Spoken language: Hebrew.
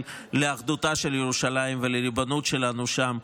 לאחדותה של ירושלים ולריבונות שלנו שם,